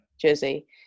jersey